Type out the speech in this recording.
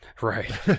right